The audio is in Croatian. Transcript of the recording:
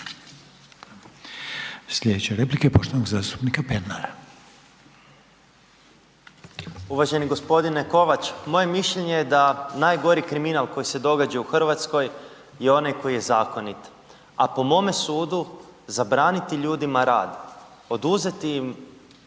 Sljedeća replika je poštovanog zastupnika Pernara. **Pernar, Ivan (SIP)** Uvaženi gospodine Kovač. Moje mišljenje je da najgori kriminal koji se događa u Hrvatskoj je onaj koji je zakonit, a po mome sudu zabraniti ljudima rad, oduzeti im